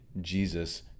Jesus